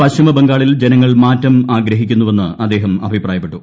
പശ്ചിമബംഗാളിൽ ജനങ്ങൾ മാറ്റം ആഗ്രഹിക്കുന്നുവെന്ന് അദ്ദേഹം അഭിപ്രായപ്പെട്ടു